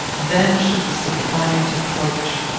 then should the suppliant approach.